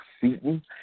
Seaton